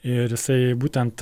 ir jisai būtent